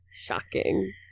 shocking